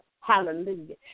Hallelujah